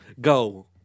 go